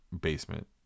basement